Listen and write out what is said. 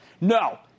No